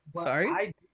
Sorry